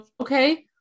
Okay